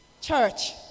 Church